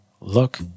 look